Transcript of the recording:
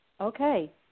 okay